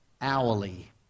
hourly